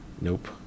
Nope